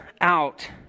out